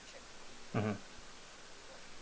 mmhmm